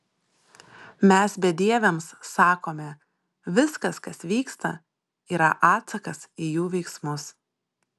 mes bedieviams sakome viskas kas vyksta yra atsakas į jų veiksmus